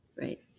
Right